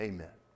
Amen